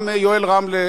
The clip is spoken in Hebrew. גם יואל לביא,